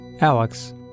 Alex